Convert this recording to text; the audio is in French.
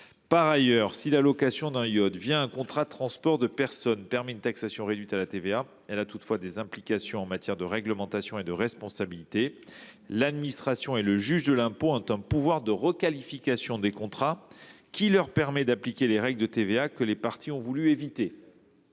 Par ailleurs, si la location d’un yacht un contrat de transport de personnes permet l’assujettissement à un taux réduit de TVA, elle a toutefois des implications en matière de réglementation et de responsabilité ; l’administration et le juge de l’impôt ont un pouvoir de requalification des contrats qui leur permet de faire appliquer les règles de TVA que les parties ont voulu éviter.